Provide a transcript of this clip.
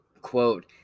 Quote